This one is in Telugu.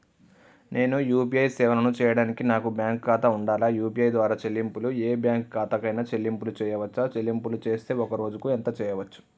నేను యూ.పీ.ఐ సేవలను చేయడానికి నాకు బ్యాంక్ ఖాతా ఉండాలా? యూ.పీ.ఐ ద్వారా చెల్లింపులు ఏ బ్యాంక్ ఖాతా కైనా చెల్లింపులు చేయవచ్చా? చెల్లింపులు చేస్తే ఒక్క రోజుకు ఎంత చేయవచ్చు?